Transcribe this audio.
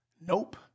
Nope